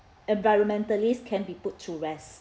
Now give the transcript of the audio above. environmentalists can be put to rest